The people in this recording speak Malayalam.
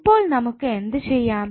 ഇപ്പോൾ നമുക് എന്ത് ചെയാം